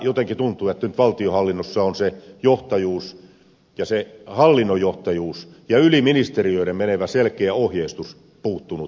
jotenkin tuntuu että nyt valtionhallinnossa on se johtajuus ja se hallinnon johtajuus ja yli ministeriöiden menevä selkeä ohjeistus puuttunut